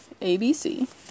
ABC